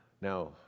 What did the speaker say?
Now